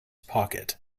pocket